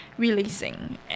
releasing